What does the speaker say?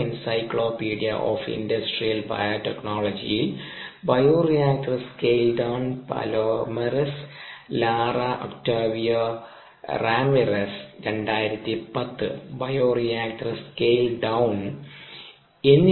encyclopedia of industrial ബയോടെക്നോളജിയിൽ bio reactor scale down Palomares Palomares Lara Octavio Ramirez 2010 bio reactor scale ഡ on ൺ Palomares et al Palomares Lara and Octavio Ramirez 2010 Bioreactor scale down in the Encyclopedia of Industrial Biotechnology